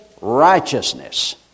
righteousness